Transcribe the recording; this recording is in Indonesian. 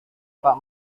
pak